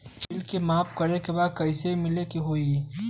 Bill माफ करे बदी कैसे मिले के होई?